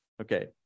Okay